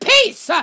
Peace